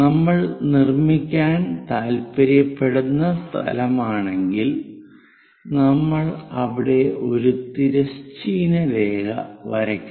നമ്മൾ നിർമ്മിക്കാൻ താൽപ്പര്യപ്പെടുന്ന സ്ഥലമാണെങ്കിൽ നമ്മൾ അവിടെ ഒരു തിരശ്ചീന രേഖ വരയ്ക്കണം